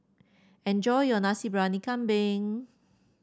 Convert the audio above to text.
enjoy your Nasi Briyani Kambing